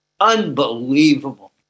unbelievable